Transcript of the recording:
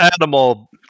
animal